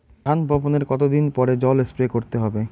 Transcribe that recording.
ধান বপনের কতদিন পরে জল স্প্রে করতে হবে?